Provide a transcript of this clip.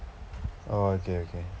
oh okay